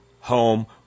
home